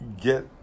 get